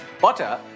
butter